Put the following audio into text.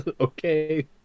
okay